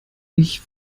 ich